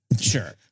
Sure